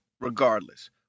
regardless